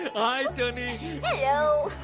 i don't know